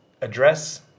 address